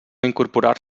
incorporar